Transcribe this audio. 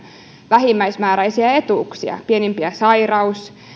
vähimmäismääräisiä etuuksia pienimpiä sairaus